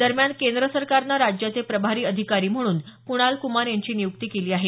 दरम्यान केंद्र सरकारने राज्याचे प्रभारी अधिकारी म्हणून कुणाल कुमार यांची नियुक्ती केली आहे